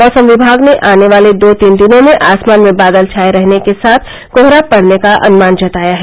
मौसम विभाग ने आने वाले दो तीन दिनों में आसमान में बादल छाये रहने के साथ कोहरा पड़ने का अनुमान जताया है